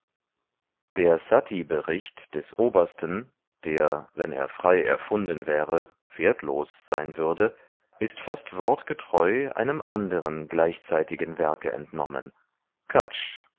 der satibericht des obersten der wenn er frei erfunden wäre wertlos sein würde ist fast wortgetreu einem anderen gleichzeitigen werke entnommen cutch